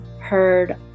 heard